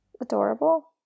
Adorable